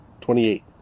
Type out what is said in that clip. Twenty-eight